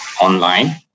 online